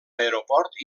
aeroport